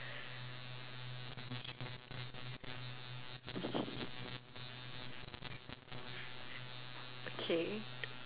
okay